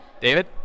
David